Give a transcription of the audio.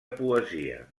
poesia